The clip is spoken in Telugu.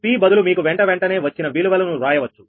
p బదులు మీకు వెంటవెంటనే వచ్చిన విలువలను వ్రాయవచ్చు